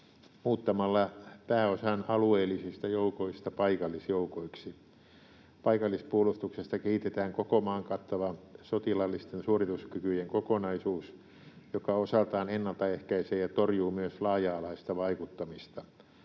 muuttamalla pääosan alueellisista joukoista paikallisjoukoiksi. Paikallispuolustuksesta kehitetään koko maan kattava sotilaallisten suorituskykyjen kokonaisuus, joka osaltaan ennaltaehkäisee ja torjuu myös laaja-alaista vaikuttamista.